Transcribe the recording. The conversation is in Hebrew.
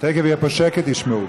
תכף יהיה פה שקט, ישמעו.